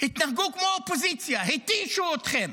התנהגו כמו אופוזיציה, התישו אתכם.